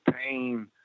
pain